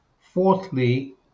Fourthly